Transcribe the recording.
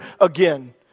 again